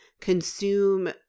consume